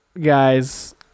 guys